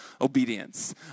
obedience